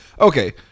okay